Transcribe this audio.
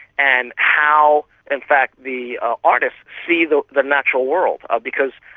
and how in fact the ah artists see the the natural world. because,